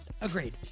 Agreed